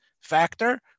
factor